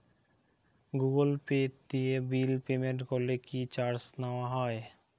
Google Pay দিয়ে bill payment করলে কি চার্জ নেওয়া হয়?